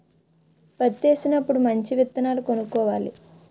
పత్తేసినప్పుడు మంచి విత్తనాలు కొనుక్కోవాలి